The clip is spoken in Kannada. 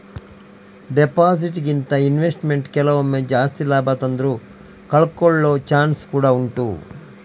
ಡೆಪಾಸಿಟ್ ಗಿಂತ ಇನ್ವೆಸ್ಟ್ಮೆಂಟ್ ಕೆಲವೊಮ್ಮೆ ಜಾಸ್ತಿ ಲಾಭ ತಂದ್ರೂ ಕಳ್ಕೊಳ್ಳೋ ಚಾನ್ಸ್ ಕೂಡಾ ಉಂಟು